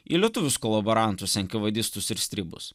į lietuvius kolaborantus enkavedistus ir stribus